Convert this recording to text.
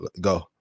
Go